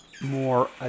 more